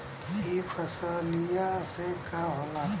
ई फसलिया से का होला?